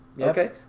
Okay